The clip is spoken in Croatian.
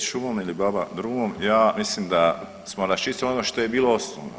Djed šumom ili baba drumom, ja mislim da smo raščistili ono što je bilo osnovno.